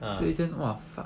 ah